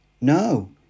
No